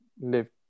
live